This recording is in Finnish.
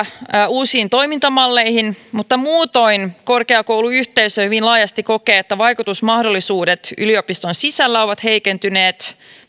uusiin toimintamalleihin mutta muutoin korkeakouluyhteisö hyvin laajasti kokee että vaikutusmahdollisuudet yliopiston sisällä ovat heikentyneet melko